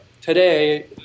today